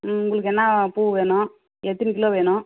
ம் உங்களுக்கு என்ன பூ வேணும் எத்தனை கிலோ வேணும்